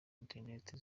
interinete